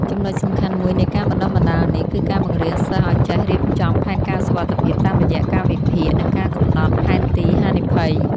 ចំណុចសំខាន់មួយនៃការបណ្ដុះបណ្ដាលនេះ គឺការបង្រៀនសិស្សឱ្យចេះរៀបចំផែនការសុវត្ថិភាពតាមរយៈការវិភាគ និងការកំណត់ផែនទីហានិភ័យ។